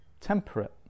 temperate